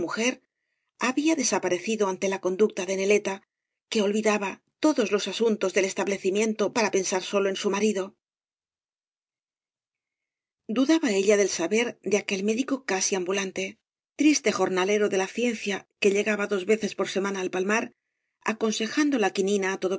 había desaparecido ante la conducta de neleta que ol vídaba todos los asuntos del establecimiento para pensar sólo en u marido dudaba ella del saber de aquel médico casi ambulante triste jornalero de la ciencia que llegaba dos veces por semana al palmar aconsejando la quinina